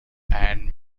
and